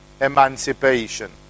emancipation